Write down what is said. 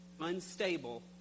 unstable